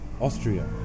Austria